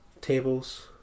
Tables